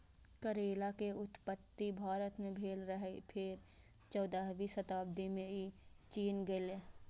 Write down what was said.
करैला के उत्पत्ति भारत मे भेल रहै, फेर चौदहवीं शताब्दी मे ई चीन गेलै